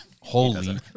Holy